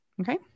okay